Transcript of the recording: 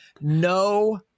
No